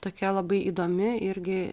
tokia labai įdomi irgi